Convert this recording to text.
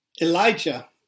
Elijah